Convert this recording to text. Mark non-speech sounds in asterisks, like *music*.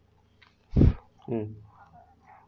*breath* um